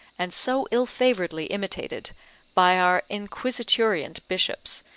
and so ill-favouredly imitated by our inquisiturient bishops,